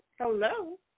Hello